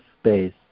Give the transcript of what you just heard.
space